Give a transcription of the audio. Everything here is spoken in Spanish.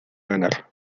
ganar